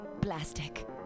plastic